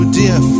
dear